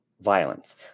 violence